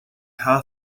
have